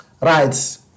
Right